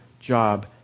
job